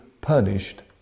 punished